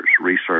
research